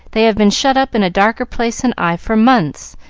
they have been shut up in a darker place than i for months,